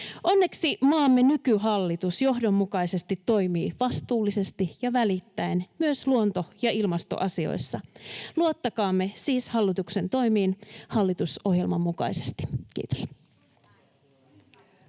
Onneksi maamme nykyhallitus johdonmukaisesti toimii vastuullisesti ja välittäen myös luonto- ja ilmastoasioissa. Luottakaamme siis hallituksen toimiin hallitusohjelman mukaisesti. — Kiitos.